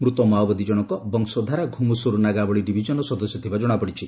ମୃତ ମାଓବାଦୀ ଜଶକ ବଂଶଧାରା ଘୁମୁସୁର ନାଗାବଳୀ ଡିଭିଜନର ସଦସ୍ୟ ଥିବା ଜଣାପଡିଛି